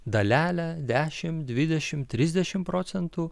dalelę dešimt dvidešimt trisdešimt procentų